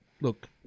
Look